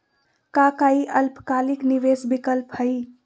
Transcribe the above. का काई अल्पकालिक निवेस विकल्प हई?